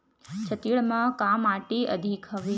छत्तीसगढ़ म का माटी अधिक हवे?